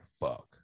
fuck